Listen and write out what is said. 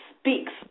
speaks